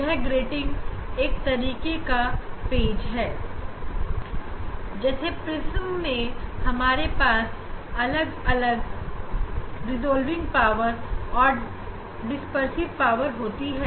यह ग्रेटिंग एक तरीके का प्रिज्म है जैसे हमारे पास प्रिज्म में अलग अलग रिजॉल्विंग पावर और डिस्पर्सिव पावर होती है